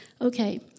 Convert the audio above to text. okay